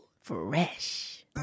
Fresh